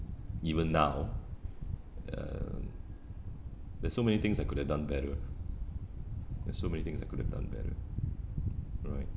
even now um there's so many things I could have done better there's so many things I could have done better right